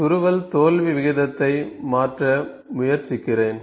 துருவல் தோல்வி விகிதத்தை மாற்ற முயற்சிக்கிறேன்